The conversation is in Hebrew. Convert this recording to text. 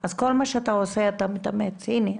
אז נראה עם כל המאמץ ש-הנה,